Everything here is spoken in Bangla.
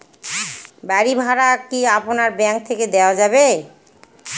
বাড়ী ভাড়া কি আপনার ব্যাঙ্ক থেকে দেওয়া যাবে?